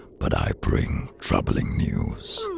but i bring troubling news.